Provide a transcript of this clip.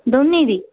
दौन्नें दी